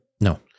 No